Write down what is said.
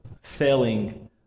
Failing